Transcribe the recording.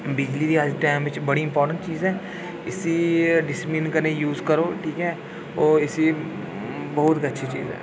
बिजली अज्ज दे टैम बिच बड़ी इम्पार्टेंट चीज़ ऐ इसी बड़े डिसिप्लिन कन्नै यूस करो ठीक ऐ होर इसी एह् बहोत अच्छी चीज़ ऐ